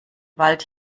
wald